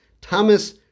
Thomas